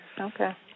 Okay